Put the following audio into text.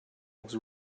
was